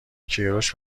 کیروش